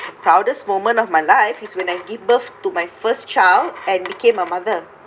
proudest moment of my life is when I give birth to my first child and became a mother